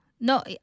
no